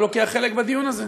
איננו לוקח חלק בדיון הזה.